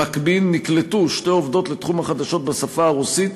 במקביל נקלטו שתי עובדות לתחום החדשות בשפה הרוסית,